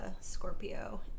Scorpio